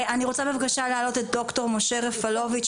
אני רוצה להעלות את ד"ר משה רפלוביץ',